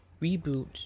reboot